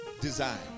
design